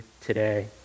today